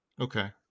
okay